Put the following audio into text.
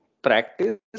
practice